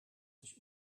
sich